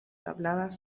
habladas